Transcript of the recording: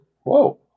whoa